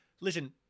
listen